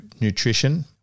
nutrition